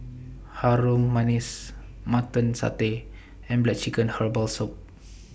Harum Manis Mutton Satay and Black Chicken Herbal Soup